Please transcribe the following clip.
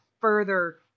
further